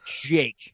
Jake